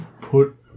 put